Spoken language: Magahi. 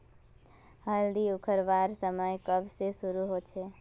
हल्दी उखरवार समय कब से शुरू होचए?